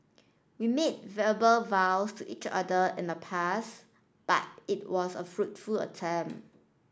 we made verbal vows to each other in the past but it was a foot full attempt